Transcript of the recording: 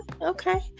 okay